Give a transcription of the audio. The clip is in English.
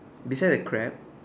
beside the crab